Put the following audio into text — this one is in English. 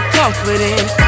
confident